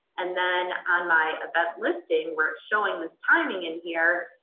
and then on my event listing where it's showing this timing in here,